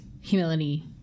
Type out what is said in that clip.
humility